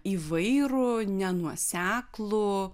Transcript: įvairų nenuoseklų